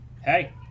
hey